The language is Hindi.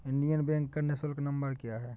इंडियन बैंक का निःशुल्क नंबर क्या है?